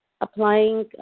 applying